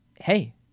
hey